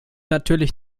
natürlich